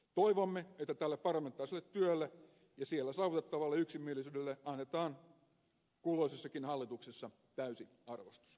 toivomme että tälle parlamentaariselle työlle ja siellä saavutettavalle yksimielisyydelle annetaan kulloisessakin hallituksessa täysi arvostus